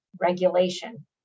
regulation